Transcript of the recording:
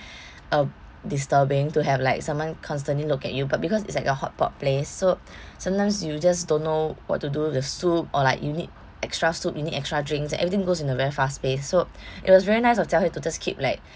uh disturbing to have like someone constantly look at you but because it's like a hotpot place so sometimes you just don't know what to do with the soup or like you need extra soup you need extra drinks and everything goes in a very fast pace so it was very nice of jia hui to just keep like